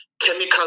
chemical